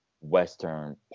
western